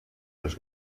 los